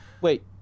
Wait